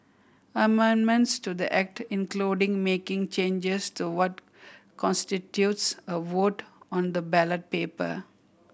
amendments to the Act including making changes to what constitutes a vote on the ballot paper